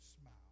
smile